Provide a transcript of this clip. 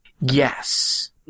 Yes